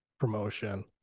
Promotion